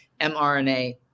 mRNA